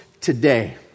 today